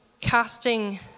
casting